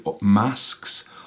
masks